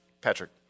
Patrick